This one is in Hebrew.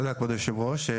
תודה כבוד יושב הראש.